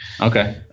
Okay